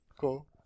Cool